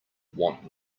want